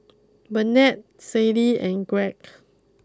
Bennett Sadie and Gregg